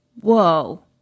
Whoa